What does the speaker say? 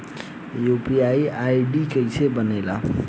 UPI ID कैसे बनेला?